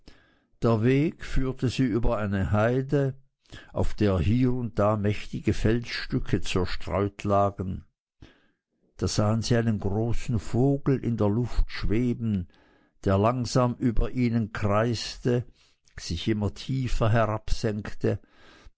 der weg führte sie über eine heide auf der hier und da mächtige felsenstücke zerstreut lagen da sahen sie einen großen vogel in der luft schweben der langsam über ihnen kreiste sich immer tiefer